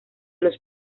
los